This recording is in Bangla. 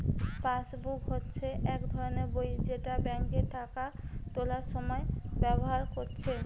পাসবুক হচ্ছে এক ধরণের বই যেটা বেঙ্কে টাকা তুলার সময় ব্যাভার কোরছে